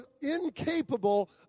incapable